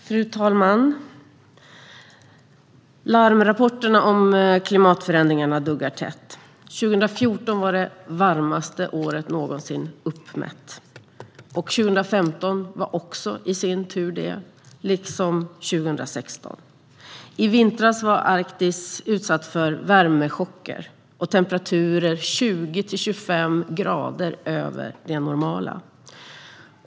Fru talman! Larmrapporterna om klimatförändringarna duggar tätt. År 2014 var det varmaste året som någonsin uppmätts. Detsamma gällde 2015 och 2016. I vintras var Arktis utsatt för värmechocker och temperaturer på 20-25 grader över det normala.